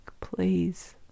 please